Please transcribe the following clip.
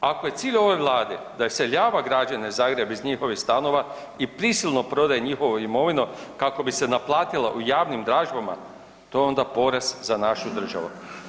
Ako je cilj ovoj vladi da iseljava građane Zagreba iz njihovih stanova i prisilno prodaje njihovu imovinu kako bi se naplatila u javnim dražbama, to je onda poraz za našu državu.